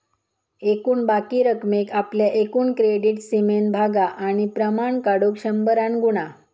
एकूण बाकी रकमेक आपल्या एकूण क्रेडीट सीमेन भागा आणि प्रमाण काढुक शंभरान गुणा